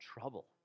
trouble